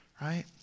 right